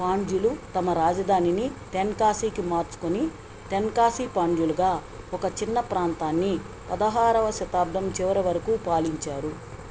పాండ్యులు తమ రాజధానిని తెన్కాశికి మార్చుకొని తెన్కాశి పాండ్యులుగా ఒక చిన్న ప్రాంతాన్ని పదహారవ శతాబ్దం చివరి వరకు పాలించారు